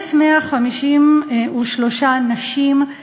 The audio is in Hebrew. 1,153 נשים,